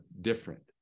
different